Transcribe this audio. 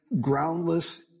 groundless